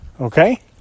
Okay